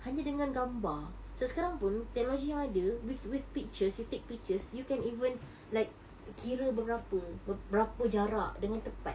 hanya dengan gambar se~ sekarang pun technology yang ada with with pictures you take pictures you can even like kira beberapa berapa jarak dengan tepat